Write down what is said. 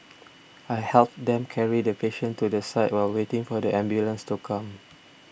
I helped them carry the patient to the side while waiting for the ambulance to come